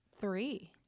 three